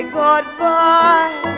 goodbye